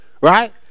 right